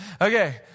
Okay